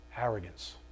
Arrogance